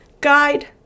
guide